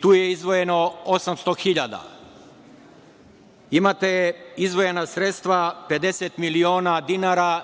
Tu je izdvojeno 800.000. Imate izdvojena sredstva 50 miliona dinara,